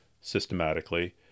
systematically